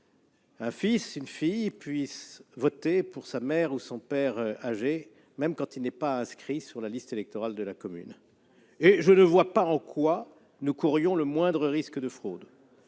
fils ou une fille puisse voter pour sa mère ou son père âgé, même quand il n'est pas inscrit sur la liste électorale de la commune. Et je ne vois pas en quoi nous courions le moindre risque de fraude.